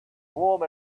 warm